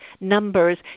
numbers